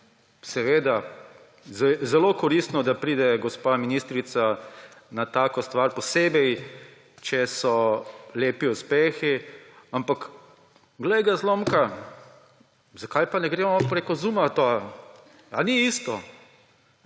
seveda zelo koristno, da pride gospa ministrica na tako stvar, posebej če so lepi uspehi. Ampak, glej ga zlomka, zakaj pa ne gre ona prek Zooma? A ni isto?